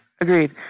Agreed